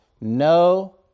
no